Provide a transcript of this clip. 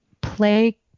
play